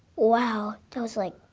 wow, that was like,